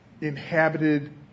inhabited